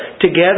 together